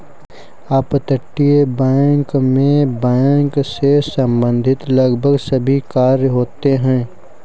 अपतटीय बैंक मैं बैंक से संबंधित लगभग सभी कार्य होते हैं